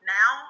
now